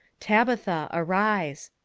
tabitha, arise.